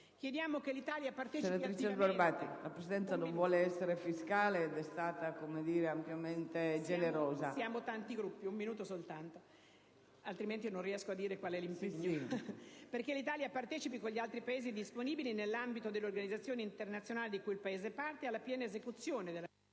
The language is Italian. Chiediamo che l'Italia partecipi attivamente...